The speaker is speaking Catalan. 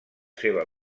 seva